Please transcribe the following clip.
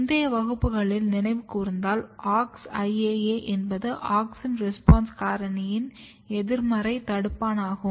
முந்தைய வகுப்புகளை நினைவு கூர்ந்தால் AuxIAA என்பது ஆக்ஸின் ரெஸ்பான்ஸ் காரணியின் எதிர்மறை தடுப்பானாகும்